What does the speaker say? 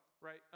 right